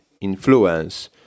influence